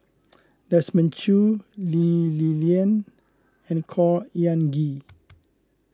Desmond Choo Lee Li Lian and Khor Ean Ghee